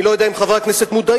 אני לא יודע אם חברי הכנסת מודעים,